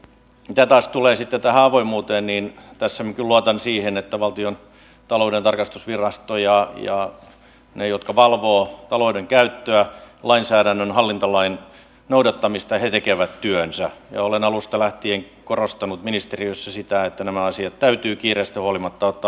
mitä taas tulee sitten tähän avoimuuteen niin tässä minä kyllä luotan siihen että valtiontalouden tarkastusvirasto ja ne jotka valvovat taloudenkäyttöä lainsäädännön hallintolain noudattamista tekevät työnsä ja olen alusta lähtien korostanut ministeriössä sitä että nämä asiat täytyy kiireestä huolimatta ottaa mahdollisimman hyvin huomioon